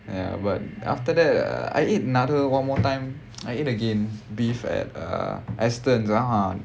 ya but after that uh I ate another one more time I ate again beef at uh Astons ah ha